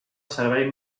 servei